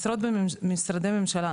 דבר אחרון, משרות במשרדי ממשלה.